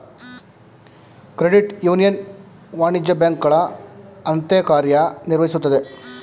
credit union ವಾಣಿಜ್ಯ ಬ್ಯಾಂಕುಗಳ ಅಂತೆ ಕಾರ್ಯ ನಿರ್ವಹಿಸುತ್ತದೆ